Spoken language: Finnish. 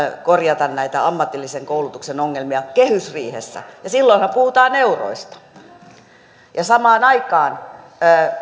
korjata näitä ammatillisen koulutuksen ongelmia kehysriihessä ja silloinhan puhutaan euroista samaan aikaan